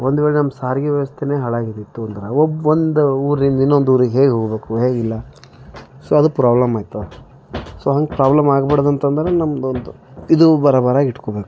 ಒಂದು ವೇಳೆ ನಮ್ಮ ಸಾರಿಗೆ ವ್ಯವಸ್ಥೆನೇ ಹಾಳಾಗಿದಿತ್ತು ಅಂದರೆ ಒಬ್ಬ ಒಂದು ಊರಿಂದ ಇನ್ನೊಂದು ಊರಿಗೆ ಹೇಗೆ ಹೋಗಬೇಕು ಹೇಗಿಲ್ಲ ಸೊ ಅದು ಪ್ರಾಬ್ಲಮ್ ಆಯ್ತದ ಸೊ ಹಾಗೆ ಪ್ರಾಬ್ಲಮ್ ಆಗ್ಬಾರ್ದು ಅಂತಂದ್ರೆ ನಮ್ಮದು ಒಂದು ಇದು ಬರೋಬ್ಬರಾಗಿ ಇಟ್ಕೊಬೇಕು